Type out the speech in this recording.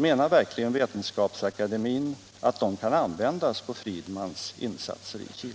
Menar verkligen Vetenskapsakademien att de kan användas på Friedmans insatser i Chile?